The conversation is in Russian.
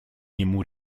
нему